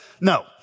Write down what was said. No